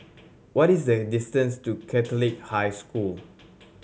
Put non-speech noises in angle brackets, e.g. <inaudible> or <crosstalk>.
<noise> what is the distance to Catholic High School